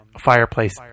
fireplace